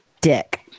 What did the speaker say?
Dick